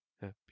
Happy